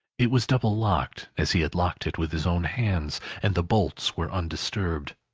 it was double-locked, as he had locked it with his own hands, and the bolts were undisturbed.